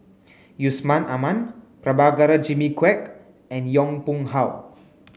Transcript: Yusman Aman Prabhakara Jimmy Quek and Yong Pung How